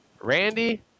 Randy